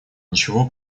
ничего